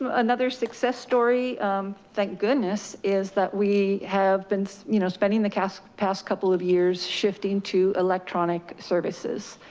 um another success story thank goodness is that we have been so you know spending the past past couple of years shifting to electronic services.